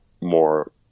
more